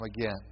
again